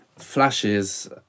flashes